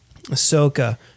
Ahsoka